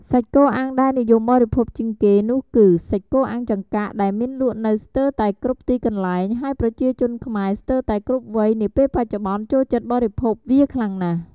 សាច់គោអាំងដែលនិយមបរិភោគជាងគេនោះគឺ សាច់គោអាំងចង្កាក់ ដែលមានលក់នៅស្ទើរតែគ្រប់ទីកន្លែង ហើយប្រជាជនខ្មែរស្ទើរតែគ្រប់វ័យនាពេលបច្ចុប្បន្នចូលចិត្តបរិភោគវាខ្លាំងណាស់។